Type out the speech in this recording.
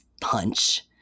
punch